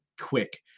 quick